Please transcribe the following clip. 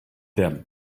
them